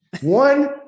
one